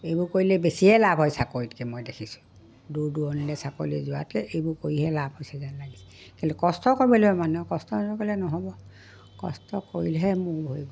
এইবোৰ কৰিলে বেছিয়ে লাভ হয় চাকৰিতকৈ মই দেখিছোঁ দূৰ দূৰণিলৈ চাকৰিলৈ যোৱাতকৈ এইবোৰ কৰিহে লাভ হৈছে যেন লাগিছে কিন্তু কষ্ট কৰিব লাগিব মানুহে কষ্ট নকৰিলে নহ'ব কষ্ট কৰিলেহে ভৰিব